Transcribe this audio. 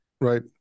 Right